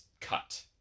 cut